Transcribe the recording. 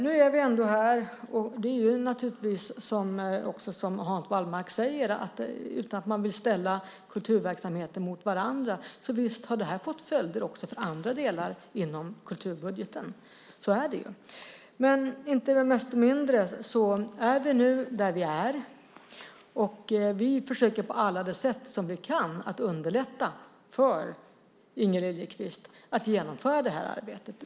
Nu är vi ändå här, och det är naturligtvis så, som Hans Wallmark säger, att utan att man vill ställa kulturverksamheter mot varandra har detta fått följder också för andra delar inom kulturbudgeten. Så är det. Men inte desto mindre är vi nu där vi är, och vi försöker på alla sätt som vi kan underlätta för Inger Liliequist att genomföra detta arbete.